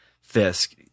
Fisk